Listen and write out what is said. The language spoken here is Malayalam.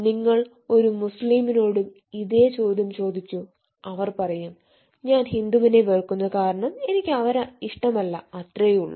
നിങ്ങൾ ഒരു മുസ്ലിമിനോടും ഇതേ ചോദ്യം ചോദിക്കു അവർ പറയും ഞാൻ ഹിന്ദുവിനെ വെറുക്കുന്നു കാരണം എനിക്ക് അവരെ ഇഷ്ടമല്ല അത്രയേയുള്ളൂ